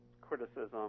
criticism